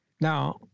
Now